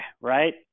Right